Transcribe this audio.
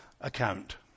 account